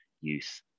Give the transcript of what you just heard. youth